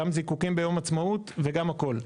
גם זיקוקים ביום עצמאות וגם הכול.